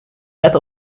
net